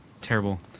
terrible